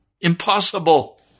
Impossible